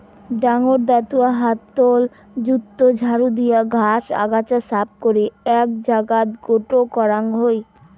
ডাঙর দাতুয়া হাতল যুক্ত ঝাড়ু দিয়া ঘাস, আগাছা সাফ করি এ্যাক জাগাত গোটো করাং হই